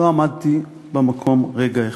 לא עמדתי במקום רגע אחד.